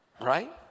right